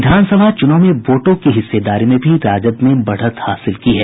विधानसभा चूनाव में वोटों की हिस्सेदारी में भी राजद ने बढ़त हासिल की है